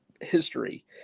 history